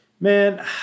Man